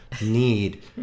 need